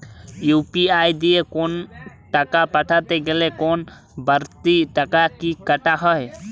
UPI দিয়ে কোন টাকা পাঠাতে গেলে কোন বারতি টাকা কি কাটা হয়?